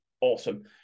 awesome